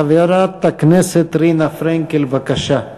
חברת הכנסת רינה פרנקל, בבקשה.